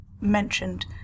mentioned